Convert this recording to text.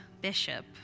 bishop